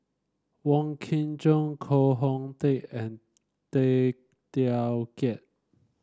Wong Kin Jong Koh Hong Teng and Tay Teow Kiat